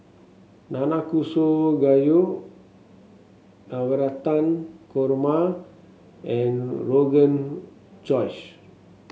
Nanakusa Gayu Navratan Korma and Rogan Josh